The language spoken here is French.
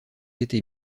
été